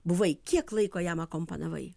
buvai kiek laiko jam akompanavai